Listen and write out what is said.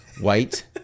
white